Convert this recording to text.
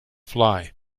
fly